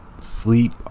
sleep